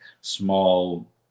small